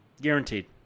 Guaranteed